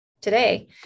today